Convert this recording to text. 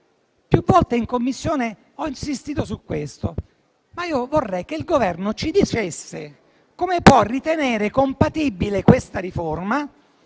più volte in Commissione ho insistito su questo. Vorrei che il Governo ci dicesse come può ritenere compatibile questa riforma